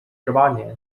十八年